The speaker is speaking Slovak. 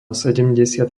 sedemdesiat